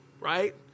Right